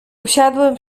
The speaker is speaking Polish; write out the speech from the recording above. usiadłem